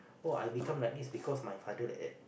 oh I become like this because my father like that